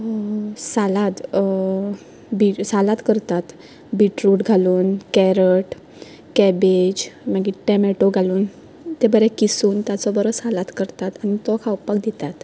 सालाद डेल सालाद करतात बीटरूट घालून केरट केबेज मागीर टोमेटो घालून तें बरें किसून ताचो बरो सालाद करतात आनी तो खावपाक दितात